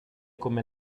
come